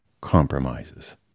compromises